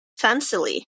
fancily